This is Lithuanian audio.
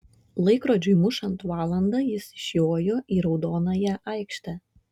laikrodžiui mušant valandą jis išjojo į raudonąją aikštę